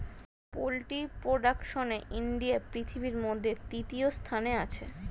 poultry প্রোডাকশনে India পৃথিবীর মধ্যে তৃতীয় স্থানে আছে